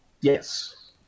Yes